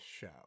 show